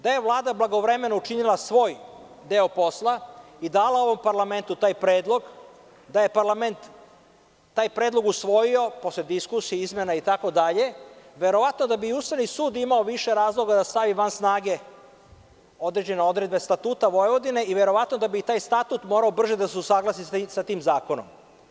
Da je Vlada blagovremeno učinila svoj deo posla i dao parlamentu taj predlog, da je parlament taj predlog usvojio posle diskusije, izmena itd, verovatno da bi Ustavni sud imao više razloga da stavi van snage određene odredbe Statuta Vojvodine i verovatno da bi taj Statut brže da se usaglasi sa tim zakonom.